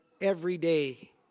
everyday